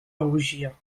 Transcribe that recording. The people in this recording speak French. rougir